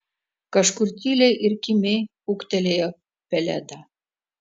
kažkur tyliai ir kimiai ūktelėjo pelėda